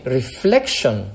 reflection